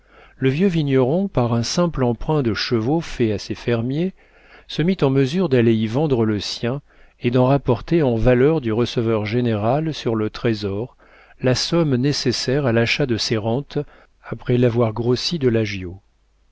le vieux vigneron par un simple emprunt de chevaux fait à ses fermiers se mit en mesure d'aller y vendre le sien et d'en rapporter en valeurs du receveur-général sur le trésor la somme nécessaire à l'achat de ses rentes après l'avoir grossie de